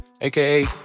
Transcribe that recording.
AKA